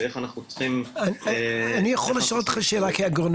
כאגרונום, אני רוצה לשאול אותך שאלה.